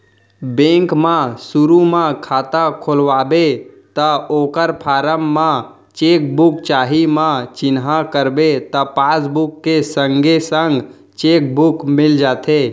bank म सुरू म खाता खोलवाबे त ओकर फारम म चेक बुक चाही म चिन्हा करबे त पासबुक के संगे संग चेक बुक मिल जाथे